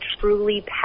truly